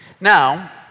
Now